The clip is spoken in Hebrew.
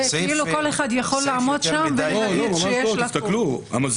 זה כאילו כל אחד יכול לעמוד שם ולהגיד שיש לקות.